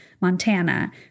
Montana